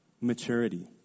maturity